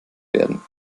werden